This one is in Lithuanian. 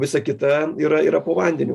visa kita yra yra po vandeniu